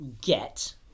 get